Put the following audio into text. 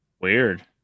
Weird